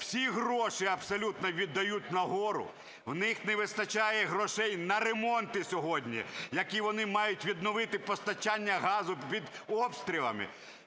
всі гроші абсолютно віддають нагору, в них не вистачає грошей на ремонти сьогодні. Як вони мають відновити постачання газу під обстрілами?